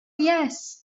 yes